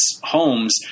homes